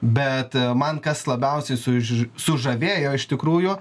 bet man kas labiausiai suž sužavėjo iš tikrųjų